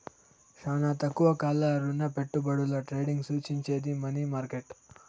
శానా తక్కువ కాల రుణపెట్టుబడుల ట్రేడింగ్ సూచించేది మనీ మార్కెట్